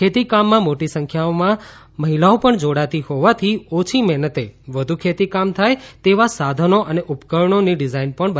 ખેતીકામમાં મોટી સંખ્યામાં મહિલાઓ પણ જોડાતી હોવાથી ઓછી મહેનતે વધુ ખેતીકામ થાય તેવા સાધનો અને ઉપકરણોની ડિઝાઈન બનાવી શકાય છે